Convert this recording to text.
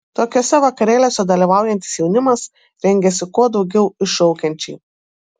tokiuose vakarėliuose dalyvaujantis jaunimas rengiasi kuo daugiau iššaukiančiai